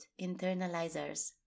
Internalizers